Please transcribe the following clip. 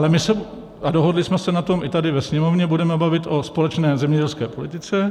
My se a dohodli jsme se na tom i tady ve Sněmovně budeme bavit o společné zemědělské politice.